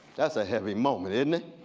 that's a heavy moment isn't it?